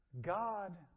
God